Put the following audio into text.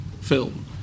film